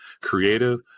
creative